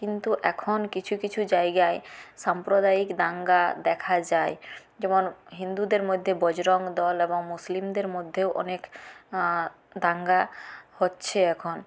কিন্তু এখন কিছু কিছু জায়গায় সাম্প্রদায়িক দাঙ্গা দেখা যায় যেমন হিন্দুদের মধ্যে বজরং দল এবং মুসলিমদের মধ্যেও অনেক দাঙ্গা হচ্ছে এখন